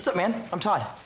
so man? i'm todd.